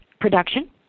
production